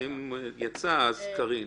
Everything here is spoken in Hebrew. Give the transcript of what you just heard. ואם הוא יצא קארין.